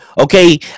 Okay